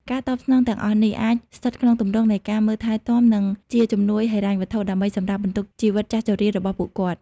ការតបស្នងទាំងអស់នេះ អាចស្ថិតក្នុងទម្រង់នៃការមើលថែរទាំ និងជាជំនួយហិរញ្ញវត្ថុ ដើម្បីសម្រាលបន្ទុកជីវិតចាស់ជរារបស់ពួកគាត់។